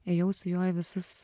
ėjau su juo į visus